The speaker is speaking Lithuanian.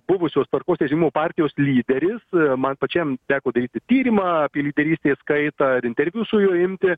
buvusios tvarkos teisingumo partijos lyderis man pačiam teko daryti tyrimą apie lyderystės kaitą ir interviu su juo imti